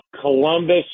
Columbus